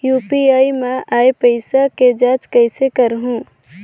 UPI मा आय पइसा के जांच कइसे करहूं?